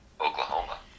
Oklahoma